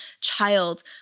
child